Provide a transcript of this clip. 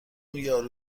یارو